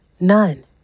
None